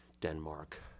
Denmark